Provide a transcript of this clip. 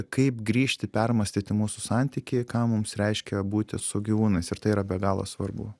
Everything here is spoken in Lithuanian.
kaip grįžti permąstyti mūsų santykį ką mums reiškia būti su gyvūnais ir tai yra be galo svarbu